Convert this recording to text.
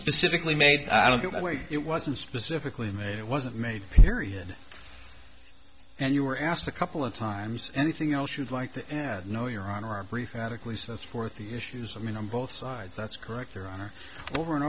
specifically maybe i don't get my way it wasn't specifically made it wasn't made period and you were asked a couple of times anything else you'd like to add no you're on our brief radically set forth the issues i mean on both sides that's correct there are over and